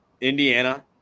Indiana